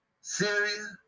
syria